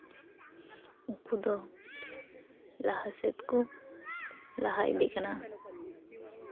ᱩᱱᱠᱩ ᱫᱚ ᱞᱟᱦᱟ ᱥᱮᱫ ᱠᱚ ᱞᱟᱦᱟ ᱤᱫᱤᱜ ᱠᱟᱱᱟ